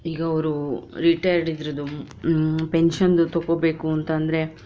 ಈಗ ಅವರು ರಿಟೈರ್ಡ್ ಇದರದು ಪೆನ್ಷನ್ದು ತಗೋಬೇಕು ಅಂತಂದರೆ